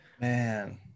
Man